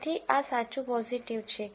તેથી આ સાચું પોઝીટિવ છે